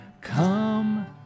come